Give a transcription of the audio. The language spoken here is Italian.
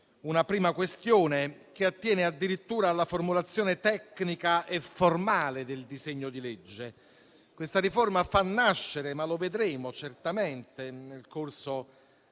una prima questione che attiene addirittura alla formulazione tecnica e formale del disegno di legge. Questa riforma fa nascere - ma lo vedremo certamente nel corso